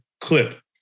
clip